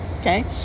okay